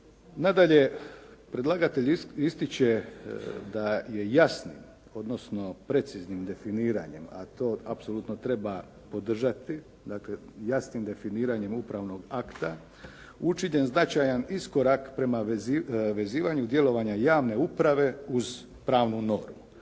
Nadalje, predlagatelj ističe da je jasnim, odnosno preciznim definiranjima, a to apsolutno treba podržati, dakle jasnim definiranjem upravnog akta, učinjen značajan iskorak prema vezivanju djelovanja javne uprave uz pravnu normu.